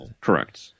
Correct